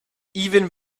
even